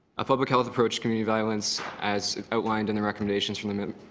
a public health approach community violence as outlined in the recommendations from the